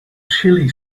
chilli